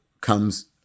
comes